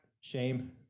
Shame